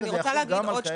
החוק הזה יחול גם על כאלה?